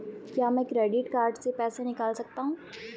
क्या मैं credit card से पैसे निकाल सकता हूँ?